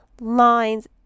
lines